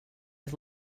was